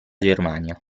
germania